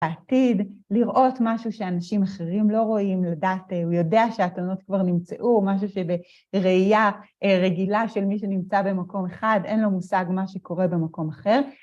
בעתיד, לראות משהו שאנשים אחרים לא רואים, לדעת, הוא יודע שהאתונות כבר נמצאו, משהו שבראייה רגילה של מי שנמצא במקום אחד, אין לו מושג מה שקורה במקום אחר.